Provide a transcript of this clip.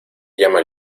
llama